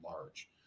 large